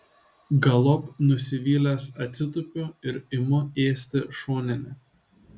galop nusivylęs atsitupiu ir imu ėsti šoninę